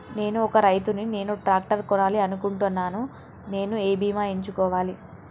నేను ఒక రైతు ని నేను ట్రాక్టర్ కొనాలి అనుకుంటున్నాను నేను ఏ బీమా ఎంచుకోవాలి?